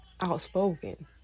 outspoken